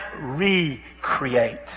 recreate